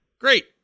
Great